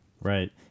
Right